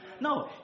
No